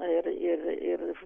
ir ir ir